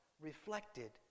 reflected